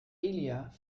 elijah